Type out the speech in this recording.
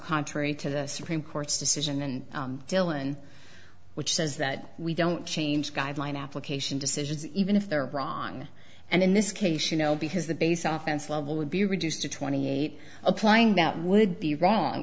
contrary to the supreme court's decision and dylan which says that we don't change guideline application decisions even if they're wrong and in this case you know because the base often would be reduced to twenty eight applying that would be wrong